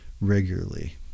regularly